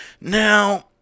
Now